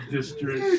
District